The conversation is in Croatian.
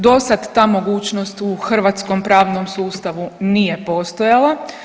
Dosad ta mogućnost u hrvatskom pravnom sustavu nije postojala.